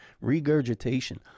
regurgitation